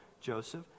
Joseph